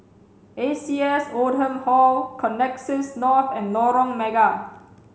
A C S Oldham Hall Connexis North and Lorong Mega